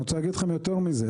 אני רוצה להגיד לכם יותר מזה.